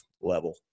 level